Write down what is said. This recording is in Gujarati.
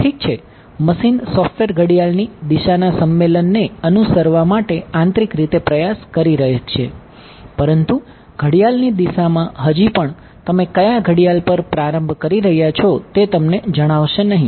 ઠીક છે મશીન સોફ્ટવેર ઘડિયાળની દિશાના સંમેલનને અનુસરવા માટે આંતરિક રીતે પ્રયાસ કરી શકે છે પરંતુ ઘડિયાળની દિશામાં હજી પણ તમે ક્યા ઘડિયાળ પર પ્રારંભ કરી રહ્યા છો તે તમને જણાવશે નહીં